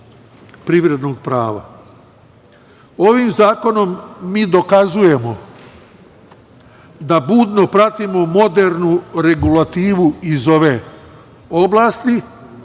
privrednog prava. Ovim zakonom mi dokazujemo da budno pratimo modernu regulativu iz ove oblasti,